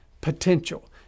potential